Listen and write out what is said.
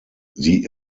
sie